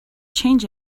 change